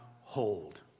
hold